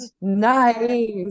nice